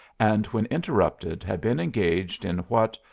and when interrupted had been engaged in what,